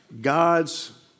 God's